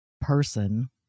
person